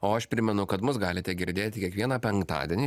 o aš primenu kad mus galite girdėti kiekvieną penktadienį